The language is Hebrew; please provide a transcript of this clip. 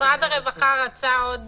משרד הרווחה רצה עוד